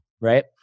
right